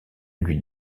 lui